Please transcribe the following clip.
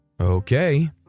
Okay